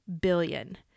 billion